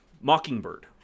Mockingbird